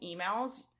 emails